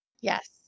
Yes